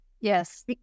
Yes